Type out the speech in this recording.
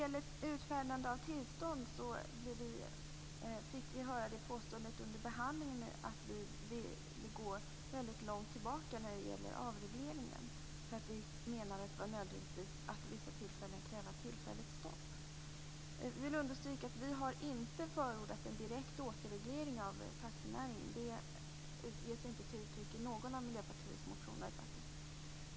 I fråga om utfärdande av tillstånd fick vi under behandlingen höra det påståendet att vi ville gå väldigt långt tillbaka när det gäller avregleringen därför att vi menade att det var nödvändigt att vid vissa tillfällen kräva ett tillfälligt stopp. Jag vill understryka att vi inte har förordat en direkt återreglering av taxinäringen. Det kommer inte till uttryck i någon av Miljöpartiets motioner.